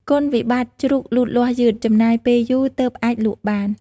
គុណវិបត្តិជ្រូកលូតលាស់យឺត ចំណាយពេលយូរទើបអាចលក់បាន។